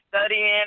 studying